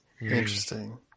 Interesting